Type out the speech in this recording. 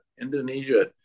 Indonesia